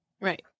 Right